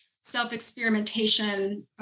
self-experimentation